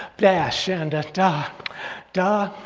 dash and da da,